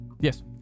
yes